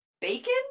bacon